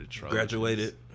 graduated